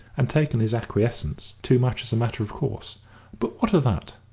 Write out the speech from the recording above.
and taken his acquiescence too much as a matter of course but what of that?